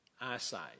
eyesight